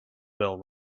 bell